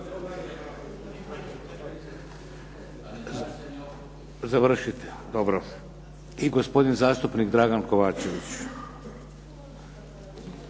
mikrofon? I gospodin zastupnik Dragan Kovačević.